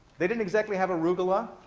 they didn't exactly have arugula.